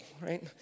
right